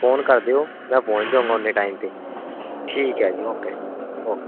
phone ਕਰ ਦਿਓ ਮੈਂ ਪਹੁੰਚ ਜਾਉਂਗਾ ਉਨ੍ਹੇ ਟਾਈਮ 'ਤੇ ਠੀਕ ਹੈ ਜੀ ਓਕੇ ਓਕੇ